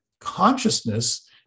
Consciousness